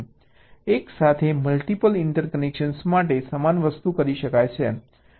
એકસાથે multiple interconnections માટે સમાન વસ્તુ કરી શકાય છે